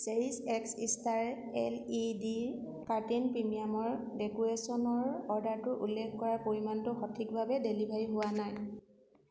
Cherish X star L E D curtain প্ৰিমিয়ামৰ ডেক'ৰেশ্যনৰ অৰ্ডাৰটোত উল্লেখ কৰা পৰিমাণটো সঠিকভাৱে ডেলিভাৰী হোৱা নাই